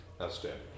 outstanding